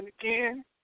again